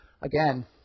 again